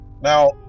Now